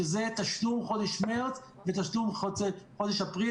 שזה תשלום חודש מרץ ותשלום חצי חודש אפריל,